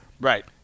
Right